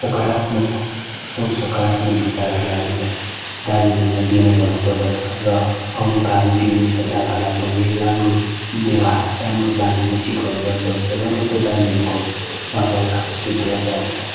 सकारात्मक सोच सकारात्मक विचारहरूले हामीले दार्जिलिङलाई दिने गर्नुपर्दछ र आउने भावी पिँढी सन्तानहरूलाई पनि यही राम्रो व्यवहार राम्रो बानी नै सिकाउने गर्नुपर्दछ र मात्रै दार्जिलिङको वातावरण सुध्रेर जानेछ